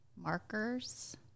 Markers